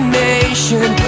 nation